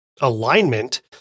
alignment